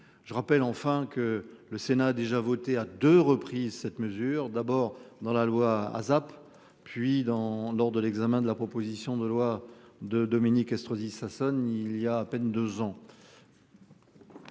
je rappelle enfin que le Sénat a déjà voté à 2 reprises. Mesure d'abord dans la loi ASAP puis dans lors de l'examen de la proposition de loi de Dominique Estrosi Sassone il y a à peine 2 ans.